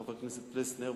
חבר הכנסת פלסנר,